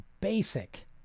basic